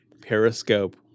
Periscope